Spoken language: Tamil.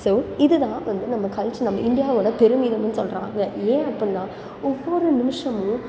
ஸோ இது தான் வந்து நம்ம கல்ச்சர் நம்ம இந்தியாவோடய பெருமிதம்ன்னு சொல்கிறாங்க ஏன் அப்படினா ஒவ்வொரு நிமிஷமும்